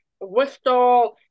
whistle